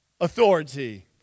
authority